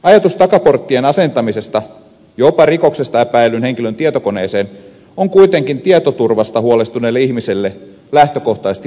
ajatus takaporttien asentamisesta jopa rikoksesta epäillyn henkilön tietokoneeseen on kuitenkin tietoturvasta huolestuneelle ihmiselle lähtökohtaisesti vastenmielinen